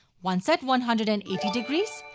once at one hundred and eighty degrees,